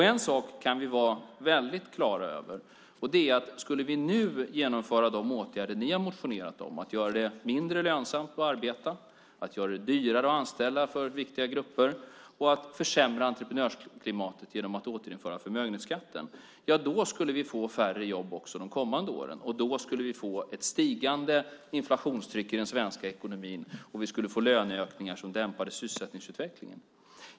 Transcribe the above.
En sak kan vi vara väldigt klara över, och det är att om vi nu skulle genomföra de åtgärder som ni har motionerat om - att göra det mindre lönsamt att arbeta, att göra det dyrare att anställa för viktiga grupper och att försämra entreprenörsklimatet genom att återinföra förmögenhetsskatt - skulle vi få färre jobb också under de kommande åren, ett stigande inflationstryck i den svenska ekonomin och löneökningar som dämpade sysselsättningsutvecklingen.